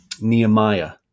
Nehemiah